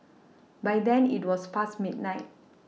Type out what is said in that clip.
by then it was past midnight